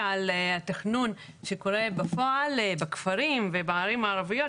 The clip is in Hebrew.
על התכנון שקורה בפועל בכפרים ובערים הערביות,